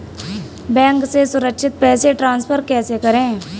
Bank से सुरक्षित पैसे ट्रांसफर कैसे करें?